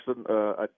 excellent